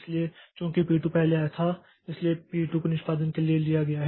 इसलिए चूंकि पी 2 पहले आया था इसलिए पी 2 को निष्पादन के लिए लिया गया है